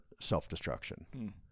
self-destruction